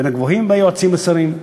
שכר בין הגבוהים בקרב היועצים לשרים.